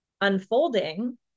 unfolding